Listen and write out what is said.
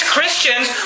Christians